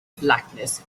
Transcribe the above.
blackness